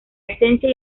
esencia